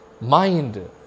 mind